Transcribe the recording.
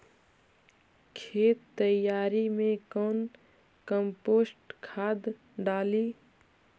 खेत तैयारी मे कौन कम्पोस्ट खाद डाली?